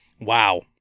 Wow